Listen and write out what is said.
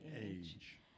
age